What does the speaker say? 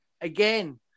again